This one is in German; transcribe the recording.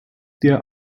der